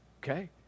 okay